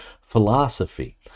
philosophy